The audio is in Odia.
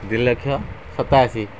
ଦୁଇ ଲକ୍ଷ ସତାଅଶି